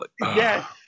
Yes